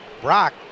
Brock